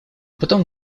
потом